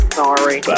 sorry